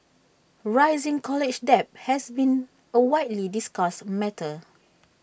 rising college debt has been A widely discussed matter